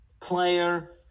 player